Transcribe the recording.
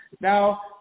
Now